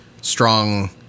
strong